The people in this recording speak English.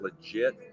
legit